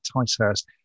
Ticehurst